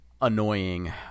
annoying